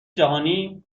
جهانی